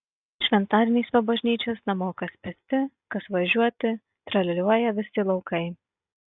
šventadieniais po bažnyčios namo kas pėsti kas važiuoti tralialiuoja visi laukai